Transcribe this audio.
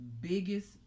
biggest